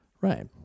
right